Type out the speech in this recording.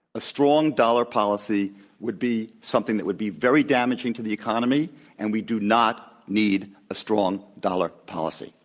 a strong dollar policy would be something that would be very damaging to the economy and we do not need a strong dollar policy.